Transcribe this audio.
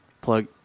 plug